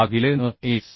भागिले Ns